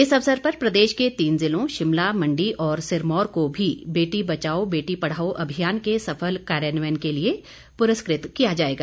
इस अवसर पर प्रदेश के तीन जिलों शिमला मंडी और सिरमौर को भी बेटी बचाओ बेटी पढ़ाओ अभियान के सफल कार्यान्वयन के लिए पुरस्कृत किया जाएगा